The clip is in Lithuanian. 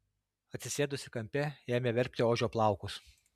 atsisėdusi kampe ėmė verpti ožio plaukus